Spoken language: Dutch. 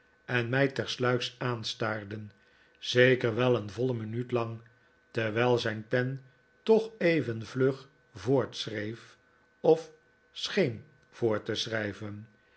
en mij tersluiks aanstaarden zeker wel een voile minuut lang terwijl zijn pen toch even vlug voortschreef of scheen voort te schrijven